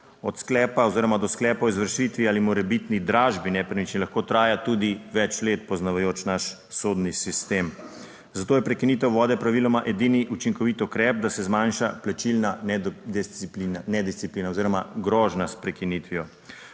od sklepa oziroma do sklepa o izvršitvi ali morebitni dražbi nepremičnin lahko traja tudi več let, poznavajoč naš sodni sistem, zato je prekinitev vode praviloma edini učinkovit ukrep, da se zmanjša plačilna nedosciplina, nedisciplina oziroma grožnja s prekinitvijo.